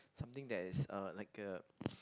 something that is a like a